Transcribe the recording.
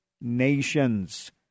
nations